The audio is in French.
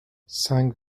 cinq